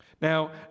Now